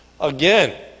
Again